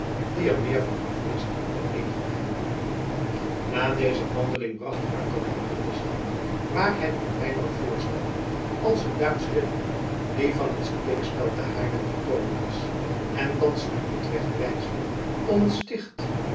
die er meer van af wist dan een van hen na deze wandeling bracht arkel hen in de zaal waar hij hun reinout voorstelde als een duitsch ridder die van het steekspel te haarlem gekomen was en thans naar utrecht reisde om het sticht